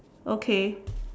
okay